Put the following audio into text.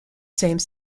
same